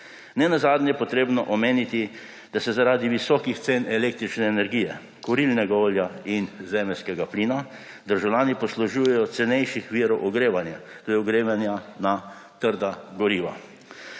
Nenazadnje je treba omeniti, da se zaradi visokih cen električne energije, kurilnega olja in zemeljskega plina državljani poslužujejo cenejših virov ogrevanja, to je ogrevanja na trda goriva.